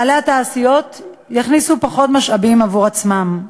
בעלי התעשיות יכניסו פחות משאבים עבור עצמם.